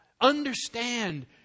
understand